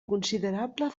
considerable